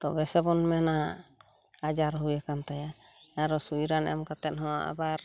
ᱛᱚᱵᱮ ᱥᱮᱵᱚᱱ ᱢᱮᱱᱟ ᱟᱡᱟᱨ ᱦᱩᱭᱟᱠᱟᱱ ᱛᱟᱭᱟ ᱟᱨᱚ ᱥᱩᱭ ᱨᱟᱱ ᱮᱢ ᱠᱟᱛᱮᱫ ᱦᱚᱸ ᱟᱵᱟᱨ